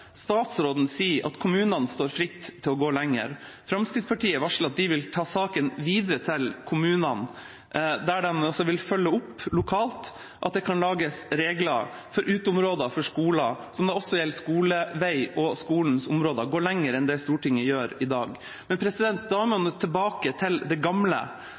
kommunene står fritt til å gå lenger. Fremskrittspartiet varsler at de vil ta saken videre til kommunene, der de vil følge opp lokalt at det kan lages regler for uteområder for skoler, som da også gjelder skolevei og skolens områder – gå lenger enn det Stortinget gjør i dag. Men da er man jo tilbake til det gamle,